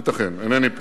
ייתכן, אינני יודע.